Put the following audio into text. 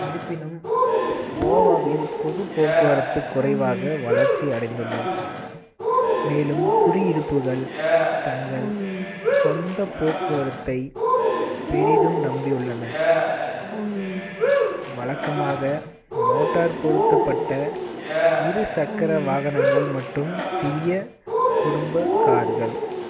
இருப்பினும் கோவாவில் பொது போக்குவரத்து குறைவாக வளர்ச்சி அடைந்துள்ளது மேலும் குடியிருப்புகள் தங்கள் சொந்த போக்குவரத்தை பெரிதும் நம்பியுள்ளனர் வழக்கமாக மோட்டார் பொருத்தப்பட்ட இரு சக்கர வாகனங்கள் மற்றும் சிறிய குடும்ப கார்கள்